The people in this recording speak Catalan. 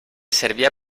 servia